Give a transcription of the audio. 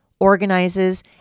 Organizes